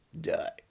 Die